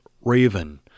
Raven